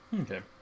Okay